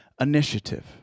initiative